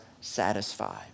satisfy